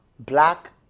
Black